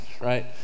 right